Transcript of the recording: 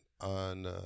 on